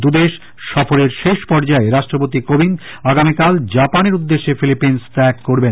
দুদেশ সফরের শেষ পর্যায়ে রাষ্ট্রপতি কোবিন্দ আগামীকাল জাপানের উদ্দেশ্যে ফিলিপিন্স ত্যাগ করবেন